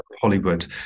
Hollywood